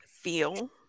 feel